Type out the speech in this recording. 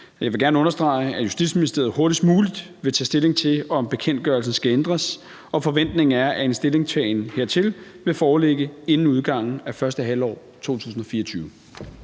Jeg vil gerne understrege, at Justitsministeriet hurtigst muligt vil tage stilling til, om bekendtgørelsen skal ændres, og forventningen er, at en stillingtagen hertil vil foreligge inden udgangen af første halvår 2024.